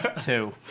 two